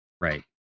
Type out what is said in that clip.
Right